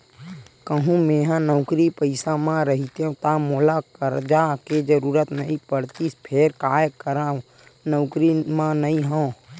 कहूँ मेंहा नौकरी पइसा म रहितेंव ता मोला करजा के जरुरत नइ पड़तिस फेर काय करव नउकरी म नइ हंव